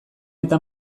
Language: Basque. eta